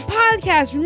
podcast